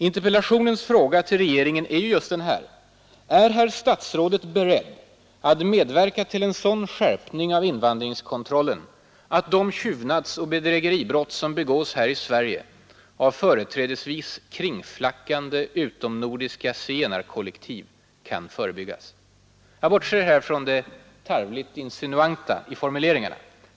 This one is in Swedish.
Interpellationens fråga till regeringen lyder ju: ”Är herr statsrådet beredd att medverka till en sådan skärpning av invandringskontrollen att de tjuvnadsoch bedrägeribrott som begås här i Sverige av företrädesvis kringflackande utomnordiska zigenarkollektiv kan förebyggas?” Jag bortser här från det tarvligt insinuanta i formuleringarna.